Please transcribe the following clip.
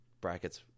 brackets